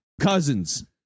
Cousins